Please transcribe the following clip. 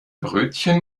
brötchen